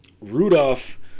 Rudolph